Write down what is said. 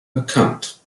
bekannt